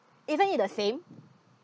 isn't it the same